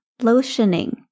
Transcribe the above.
lotioning